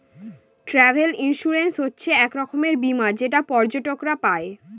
travel insurance হচ্ছে এক রকমের বীমা যেটা পর্যটকরা পাই